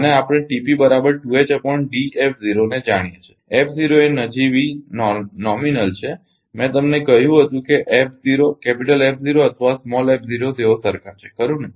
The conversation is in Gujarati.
અને આપણે ને જાણીએ છીએ એ નજીવી છે મેં તમને કહ્યું હતું કે અથવા તેઓ સરખા છે ખરુ ને